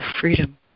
freedom